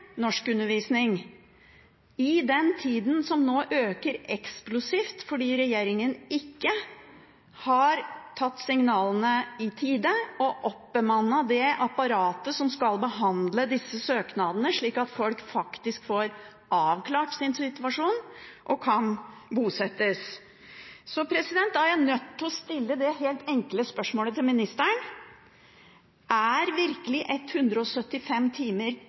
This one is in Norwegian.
norskundervisning i den tida, som nå øker eksplosivt fordi regjeringen ikke har tatt signalene i tide og oppbemannet det apparatet som skal behandle disse søknadene, slik at folk faktisk får avklart sin situasjon og kan bosettes. Da er jeg nødt til å stille det helt enkle spørsmålet til ministeren: Er virkelig 175 timer